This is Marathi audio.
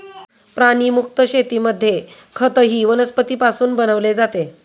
प्राणीमुक्त शेतीमध्ये खतही वनस्पतींपासून बनवले जाते